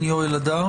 הוועדה.